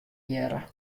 hearre